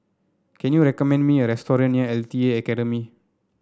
can you recommend me a restaurant near L T A Academy